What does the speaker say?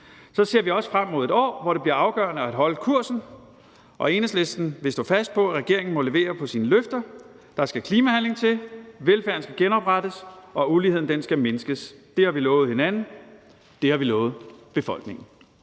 så ser vi også frem mod et år, hvor det bliver afgørende at holde kursen. Og Enhedslisten vil stå fast på, at regeringen må levere på sine løfter. Der skal klimahandling til, velfærden skal genoprettes, og uligheden skal mindskes. Det har vi lovet hinanden, det har vi lovet befolkningen.